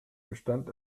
bestand